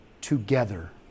together